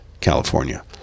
California